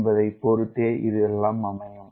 என்பதை பொறுத்தே அமையும்